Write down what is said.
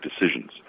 decisions